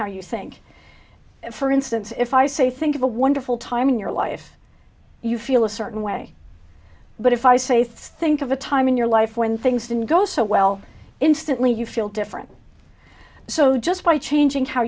how you think for instance if i say think of a wonderful time in your life you feel a certain way but if i say think of a time in your life when things didn't go so well instantly you feel different so just by changing how